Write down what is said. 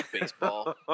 baseball